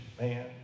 man